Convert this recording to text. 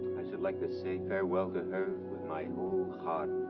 i should like to say farewell to her with my whole heart